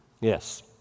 Yes